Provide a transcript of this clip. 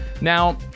Now